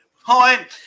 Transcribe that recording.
Hi